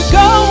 go